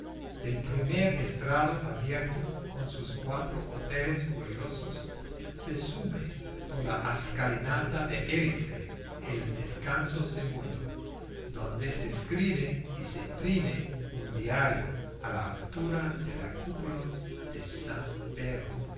del primer estrado abierto con sus cuatro hoteles curiosos se sube por la escalinata de hélice al descanso segundo donde se escribe y se imprime un diario a la altura de la cúpula de san pedro